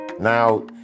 Now